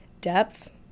depth